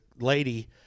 lady